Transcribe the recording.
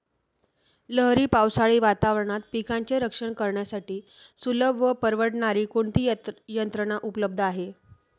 लहरी पावसाळी वातावरणात पिकांचे रक्षण करण्यासाठी सुलभ व परवडणारी कोणती यंत्रणा उपलब्ध आहे?